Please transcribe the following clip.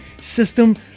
system